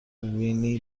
وینی